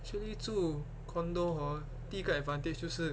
actually 住 condo hor 第一个 advantage 就是